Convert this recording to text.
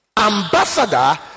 ambassador